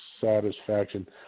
satisfaction